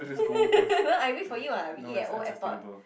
no I wait for you [what] we eat at Old-Airport